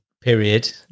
period